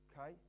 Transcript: okay